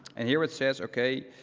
and here it says, ok,